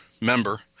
member